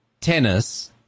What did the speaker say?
tennis